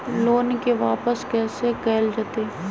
Loan के वापस कैसे कैल जतय?